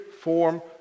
form